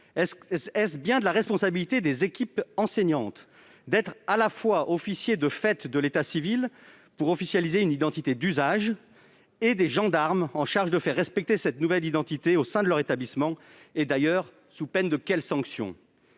Est-ce bien de la responsabilité des équipes enseignantes d'être, à la fois, officiers de l'état civil, de fait, pour officialiser une identité d'usage, et gendarmes en charge de faire respecter cette nouvelle identité au sein de leur établissement ? Oui ! Sous peine de quelle sanction,